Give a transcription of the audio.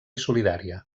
solidària